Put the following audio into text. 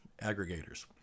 aggregators